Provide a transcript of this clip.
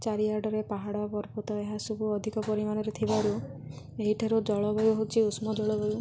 ଚାରିଆଡ଼ରେ ପାହାଡ଼ ପର୍ବତ ଏହାସବୁ ଅଧିକ ପରିମାଣରେ ଥିବାରୁ ଏହିଠାରୁ ଜଳବାୟୁ ହେଉଛି ଉଷ୍ଣ ଜଳବାୟୁ